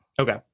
okay